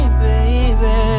baby